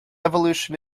evolution